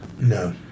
No